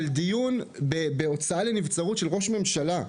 של דיון בהוצאה לנבצרות של ראש ממשלה.